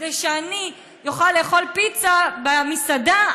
כדי שאני אוכל לאכול פיצה במסעדה,